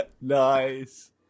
nice